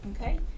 Okay